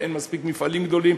לא מספיק גדולים.